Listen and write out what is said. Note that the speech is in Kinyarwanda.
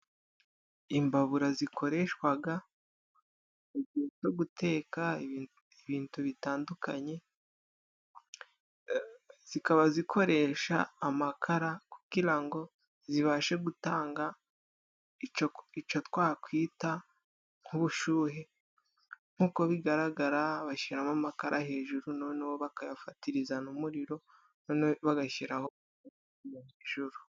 Imbabura zikoreshwaga mu gihe co guteka ibintu bitandukanye. Zikaba zikoresha amakara kugira ngo zibashe gutanga ico twakwita nk'ubushuhe. Nk'uko bigaragara bashyiramo amakara hejuru noneho bakayafatiriza n'umuriro bagashyiraho isafuriya hejuru.